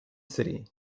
city